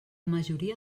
majoria